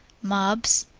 mobs.